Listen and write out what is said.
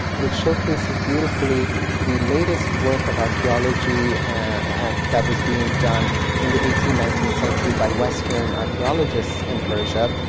it showcases beautifully the latest work of archeology that was being done in the eighteenth nineteenth century by western archeologists in persia.